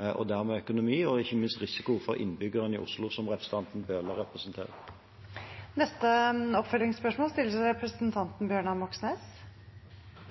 og dermed økonomi, og ikke minst risiko for innbyggerne i Oslo, som representanten Bøhler representerer. Bjørnar Moxnes – til oppfølgingsspørsmål.